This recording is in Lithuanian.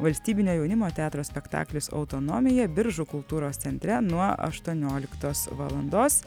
valstybinio jaunimo teatro spektaklis autonomija biržų kultūros centre nuo aštuonioliktos valandos